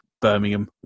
Birmingham